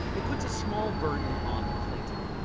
it puts a small burden on the plaintiff.